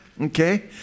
okay